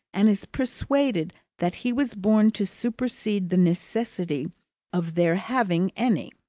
and is persuaded that he was born to supersede the necessity of their having any.